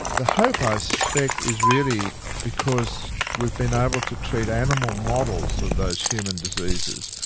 the hope i suspect is really because we've been able to treat animal models of those human diseases,